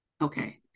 Okay